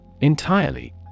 Entirely